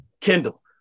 Kindle